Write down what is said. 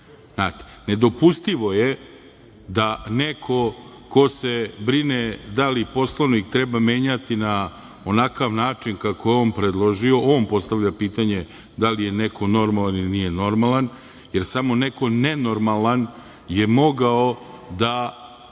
prekinete. Nedopustivo je da neko ko se brine da li Poslovnik treba menjati na onakav način kako je on predložio, on postavlja pitanje, da li je neko normalan ili nije normalan, jer samo neko nenormalan je mogao da